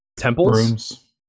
Temples